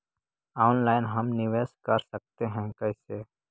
Online हम निवेश कर सकते है, कैसे?